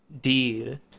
deed